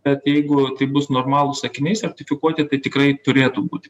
bet jeigu tai bus normalūs akiniai sertifikuoti tai tikrai turėtų būti